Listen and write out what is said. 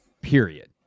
Period